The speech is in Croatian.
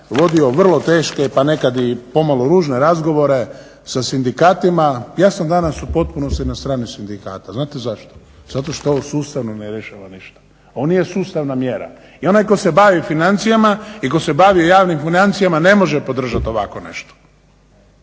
vodio vrlo teške, pa nekad i pomalo ružne razgovore sa sindikatima. Ja sam danas u potpunosti na strani sindikata, znate zašto? Zato što je ovo sustavno ne rješava ništa, ovo nije sustavna mjera i onaj ko se bavi financijama, i ko se bavi javnim financijama ne može podržat ovako nešto,